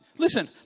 Listen